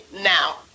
now